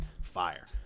Fire